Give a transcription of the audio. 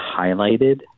highlighted